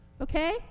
Okay